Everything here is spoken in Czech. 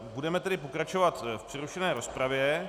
Budeme tedy pokračovat v přerušené rozpravě.